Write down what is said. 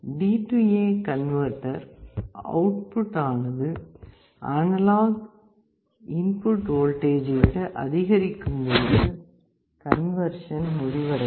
DA converter output ஆனது analogue input வோல்டேஜை விட அதிகரிக்கும் போது கன்வெர்ஷன் முடிவடையும்